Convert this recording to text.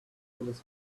through